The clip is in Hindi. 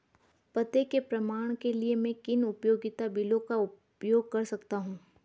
पते के प्रमाण के लिए मैं किन उपयोगिता बिलों का उपयोग कर सकता हूँ?